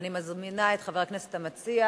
אני מזמינה את חבר הכנסת המציע